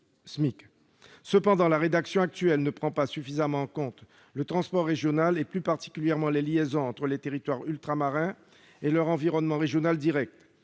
Cependant, la rédaction actuelle ne prend pas suffisamment en compte le transport régional, plus particulièrement les liaisons entre les territoires ultramarins et leur environnement régional direct.